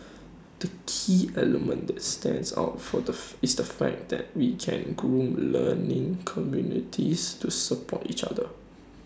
the key element that stands out for the is the fact that we can groom learning communities to support each other